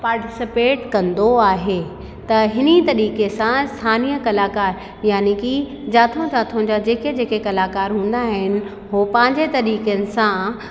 participate कंदो आहे त हिनी तरीक़े सां स्थानीय कलाकार यानि की जिथे जिथे जा जेके जेके कलाकार हूंदा आहिनि पंहिंजे तरीक़नि सां